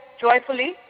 joyfully